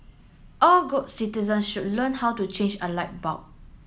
all good citizen should learn how to change a light bulb